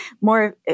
more